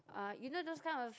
uh you know those kind of